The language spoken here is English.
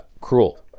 cruel